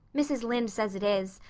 mrs. lynde says it is.